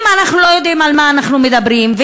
אם אנחנו לא יודעים על מה אנחנו מדברים,